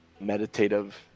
meditative